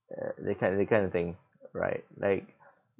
uh that kind of that kind of thing right like